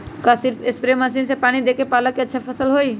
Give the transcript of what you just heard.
का सिर्फ spray machine से पानी देके पालक के अच्छा फसल होई?